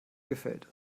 gefällt